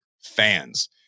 fans